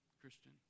Christian